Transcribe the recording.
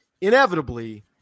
inevitably